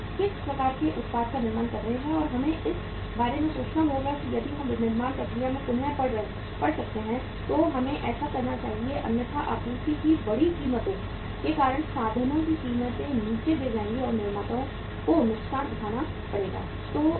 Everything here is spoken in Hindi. हम किस प्रकार के उत्पाद का निर्माण कर रहे हैं और हमें इस बारे में सोचना होगा कि यदि हम विनिर्माण प्रक्रिया को पुनः पढ़ सकते हैं तो हमें ऐसा करना चाहिए अन्यथा आपूर्ति की बढ़ी कीमतों के कारण साधनों की कीमतें नीचे गिर जाएंगी और निर्माताओं को नुकसान उठाना पड़ेगा नुकसान